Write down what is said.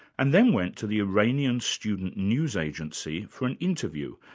and then went to the iranian student's news agency for an interview,